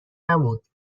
نبود